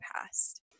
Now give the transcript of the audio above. past